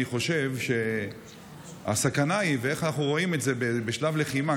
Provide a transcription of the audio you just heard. אני חושב שהסכנה היא איך אנחנו רואים את זה בשלב לחימה,